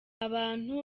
abantu